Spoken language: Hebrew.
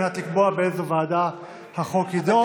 על מנת לקבוע באיזו ועדה החוק יידון.